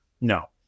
No